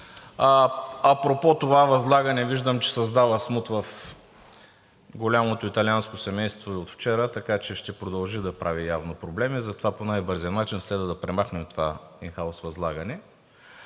Апропо това възлагане виждам, че създава смут в голямото италианско семейство от вчера, така че ще продължи да прави явно проблеми, затова по най-бързия начин следва да премахнем това ин хаус възлагане.